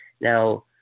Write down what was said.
Now